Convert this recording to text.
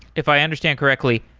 if i understand correctly,